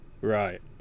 Right